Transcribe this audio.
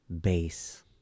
base